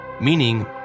meaning